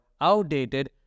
outdated